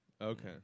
Okay